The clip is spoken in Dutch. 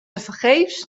tevergeefs